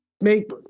make